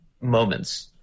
moments